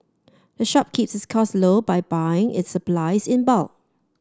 the shop keeps its costs low by buying its supplies in bulk